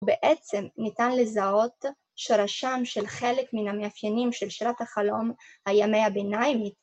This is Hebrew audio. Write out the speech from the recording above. בעצם ניתן לזהות שורשם של חלק מן המאפיינים של שירת החלום, הימי הביניימית.